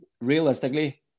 Realistically